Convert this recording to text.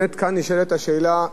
כאן נשאלת השאלה,